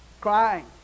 crying